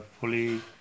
fully